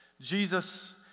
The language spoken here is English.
Jesus